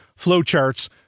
flowcharts